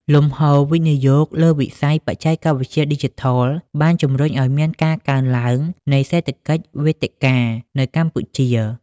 លំហូរវិនិយោគលើវិស័យបច្ចេកវិទ្យាឌីជីថល បានជម្រុញឱ្យមានការកើនឡើងនៃ "សេដ្ឋកិច្ចវេទិកា" នៅកម្ពុជា។